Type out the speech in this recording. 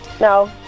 No